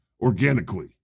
organically